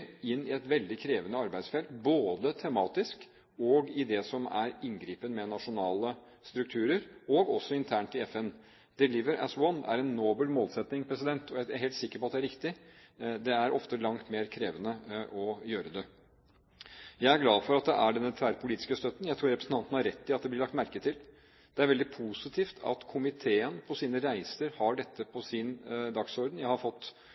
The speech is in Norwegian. inn i et veldig krevende arbeidsfelt både tematisk og i det som er inngripen med nasjonale strukturer, og også internt i FN. «Deliver as One» er en nobel målsetting, og jeg er helt sikker på at det er riktig. Det er ofte langt mer krevende å gjøre det. Jeg er glad for denne tverrpolitiske støtten. Jeg tror representanten har rett i at det blir lagt merke til. Det er veldig positivt at komiteen på sine reiser har dette på sin dagsorden. Jeg har fått